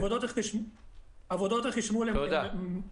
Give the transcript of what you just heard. עבודות החשמול הן --- תודה.